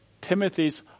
Timothy's